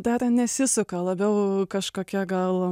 dar nesisuka labiau kažkokia gal